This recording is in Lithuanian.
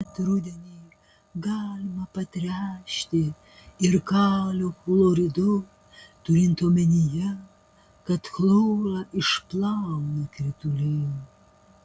bet rudenį galima patręšti ir kalio chloridu turint omenyje kad chlorą išplauna krituliai